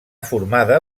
formada